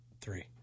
Three